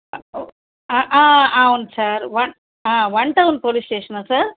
అవును sir one one town police స్టేషనా sir